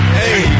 hey